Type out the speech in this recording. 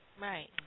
Right